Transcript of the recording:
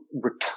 return